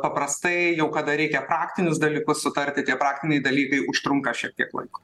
paprastai jau kada reikia praktinius dalykus sutarti tie praktiniai dalykai užtrunka šiek tiek laiko